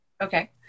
Okay